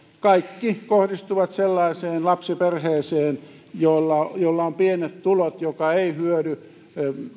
kaikki kohdistuvat sellaiseen lapsiperheeseen jolla jolla on pienet tulot ja joka ei hyödy